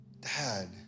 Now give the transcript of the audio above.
Dad